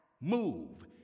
move